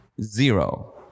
Zero